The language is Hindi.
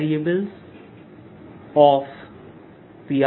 r r